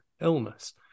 illness